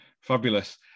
Fabulous